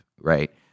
Right